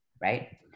right